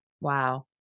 Wow